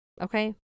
Okay